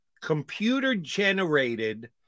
computer-generated